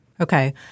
Okay